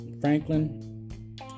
Franklin